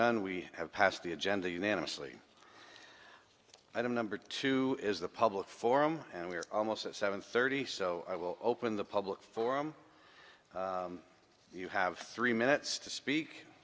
and we have passed the agenda unanimously i don't number two is the public forum and we're almost at seven thirty so i will open the public forum you have three minutes to speak